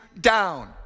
down